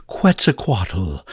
Quetzalcoatl